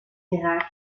geraakt